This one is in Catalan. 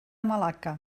malacca